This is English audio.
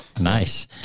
Nice